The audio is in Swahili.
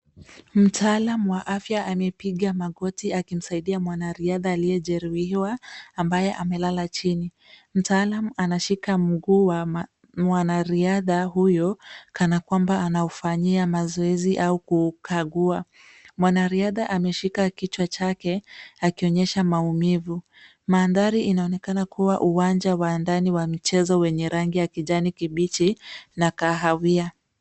Mtaalam wa afya amepiga magoti akimsaidia mwanariadha aliyejeruhiwa ambaye amelala chini. Mtaalam anashika mguu wa mwanariadha huyu kanakwamba anaufanyia mazoezi au kuugakagua. Mwanariadha ameshika kichwa chake akionyesha maumivu. Mandhari inaonekana kuwa uwanja wa ndani wa mchezo wenye rangi ya kijani kibichi na kahawia.